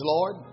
Lord